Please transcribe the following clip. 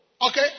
Okay